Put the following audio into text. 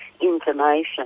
information